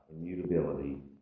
immutability